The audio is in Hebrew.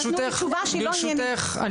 אני